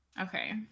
Okay